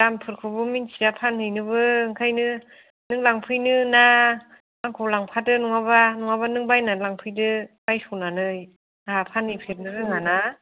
दामफोरखौ मिन्थिया फानहैनोबो ओंखायनो नों लांफैनोना आंखौ लांफादो नङाब्ला नङाब्ला नों बायनानै लांफैदो बायस'नानै आहा फानहै फेरनो रोङाना